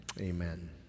Amen